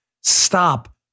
stop